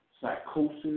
psychosis